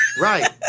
Right